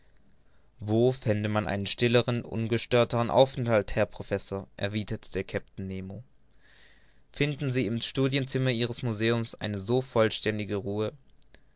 wo fände man einen stillern ungestörtern aufenthalt herr professor erwiderte der kapitän nemo finden sie im studirzimmer ihres museums eine so vollständige ruhe